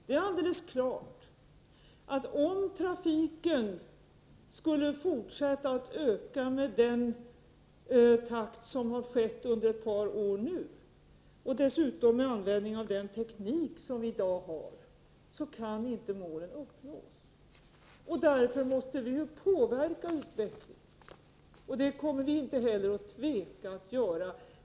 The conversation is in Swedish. Det är alldeles klart, att om trafiken med användning av den teknik som vi har skulle fortsätta att öka i samma takt som under de senaste åren, kan inte målen uppnås. Därför måste vi påverka utvecklingen. Det kommer vi inte heller att tveka att göra.